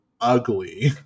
ugly